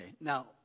Now